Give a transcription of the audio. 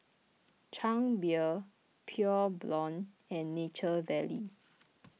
Chang Beer Pure Blonde and Nature Valley